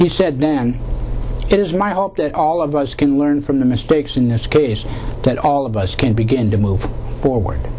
is my hope that all of us can learn from the mistakes in this case that all of us can begin to move forward